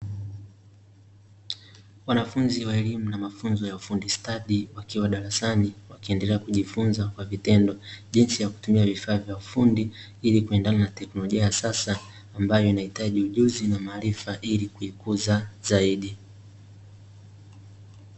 Wanafunzi wa elimu na mafunzo ya ufundi stadi wakiwa darasani, wakiendelea kijifunza kwa vitendo, jinsi ya kutumia vifaa vya ufundi, ili kuendana na tekinolojia ya sasa, ambayo inahitaji ujuzi na maarifa, ili kuikuza zaidi.